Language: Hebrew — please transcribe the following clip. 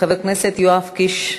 חבר הכנסת יואב קיש,